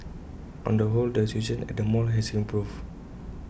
on the whole the situation at the mall has improved